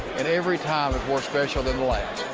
and every time is more special than the last.